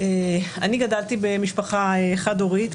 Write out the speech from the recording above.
אני גדלתי במשפחה חד-הורית,